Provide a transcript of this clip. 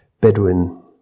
Bedouin